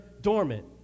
dormant